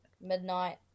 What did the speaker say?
midnight